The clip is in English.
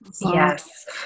Yes